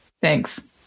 thanks